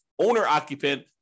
owner-occupant